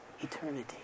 eternity